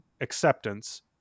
Acceptance